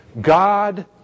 God